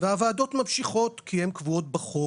והוועדות ממשיכות, כי הן קבועות בחוק,